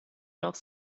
noch